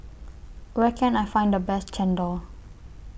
Where Can I Find The Best Chendol